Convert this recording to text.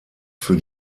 für